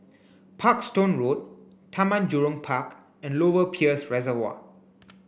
Parkstone Road Taman Jurong Park and Lower Peirce Reservoir